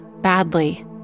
badly